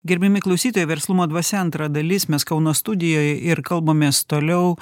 gerbiami klausytojai verslumo dvasia antra dalis mes kauno studijoje ir kalbamės toliau